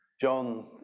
John